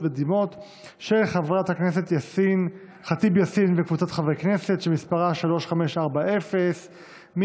רופא של חברי הכנסת סילמן וטור פז שמספרה 3347. חברי הכנסת,